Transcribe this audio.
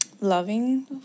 loving